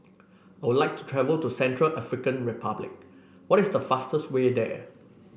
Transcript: would like to travel to Central African Republic what is the fastest way there